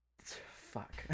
Fuck